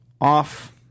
off